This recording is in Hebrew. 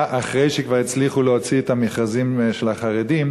אחרי שכבר הצליחו להוציא את המכרזים של החרדים?